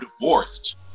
divorced